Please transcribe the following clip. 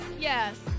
yes